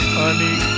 honey